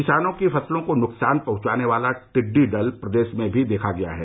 किसानों की फसलों को नुकसान पहुंचाने वाला ट्डिड़डी दल प्रदेश में भी देखा गया है